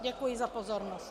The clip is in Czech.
Děkuji za pozornost.